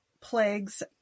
plagues